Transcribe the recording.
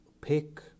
pick